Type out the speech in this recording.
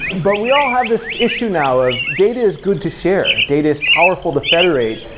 but we all have this issue now of data is good to share, data is powerful to federate,